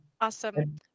awesome